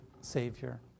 savior